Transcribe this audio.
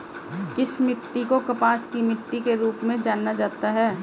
किस मिट्टी को कपास की मिट्टी के रूप में जाना जाता है?